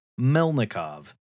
Melnikov